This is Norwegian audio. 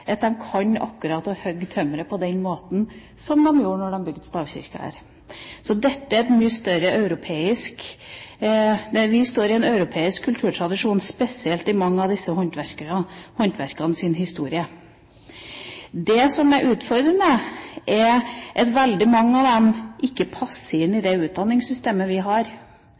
kan de hogge tømmeret på akkurat den måten som man gjorde da de bygde stavkirker her. Vi står i en europeisk kulturtradisjon, spesielt med tanke på mange av disse håndverkernes historie. Det som er utfordrende, er at veldig mange av dem ikke passer inn i det utdanningssystemet vi har.